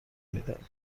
میدهد